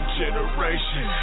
generation